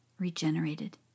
regenerated